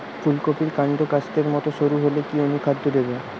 ফুলকপির কান্ড কাস্তের মত সরু হলে কি অনুখাদ্য দেবো?